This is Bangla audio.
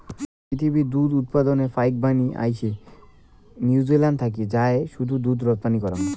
পিথীবির দুধ উৎপাদনের ফাইকবানী আইসে নিউজিল্যান্ড থাকি যায় শুধু রপ্তানি করাং